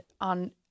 on